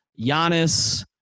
Giannis